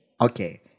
Okay